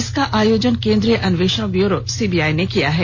इसका आयोजन केंद्रीय अन्वेषण ब्यूरो सीबीआई ने किया है